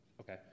Okay